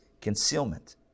concealment